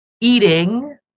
eating